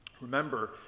Remember